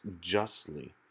justly